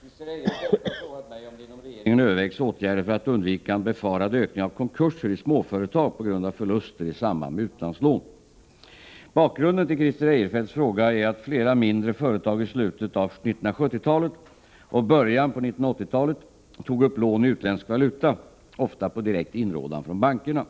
Christer Eirefelt har frågat mig om det inom regeringen övervägs åtgärder för att undvika en befarad ökning av konkurser i småföretag på grund av förluster i samband med utlandslån. Bakgrunden till Christer Eirefelts fråga är att flera mindre företag i slutet av 1970-talet och början på 1980-talet tog upp lån i utländsk valuta, ofta på direkt inrådan från bankerna.